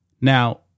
Now